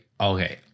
okay